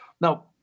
Now